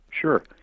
Sure